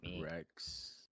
Rex